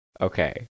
Okay